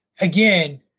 again